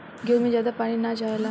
गेंहू में ज्यादा पानी ना चाहेला